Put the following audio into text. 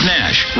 Nash